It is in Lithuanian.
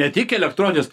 ne tik elektroninės